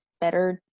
better